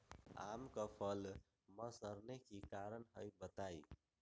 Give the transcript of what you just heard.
आम क फल म सरने कि कारण हई बताई?